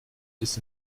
ist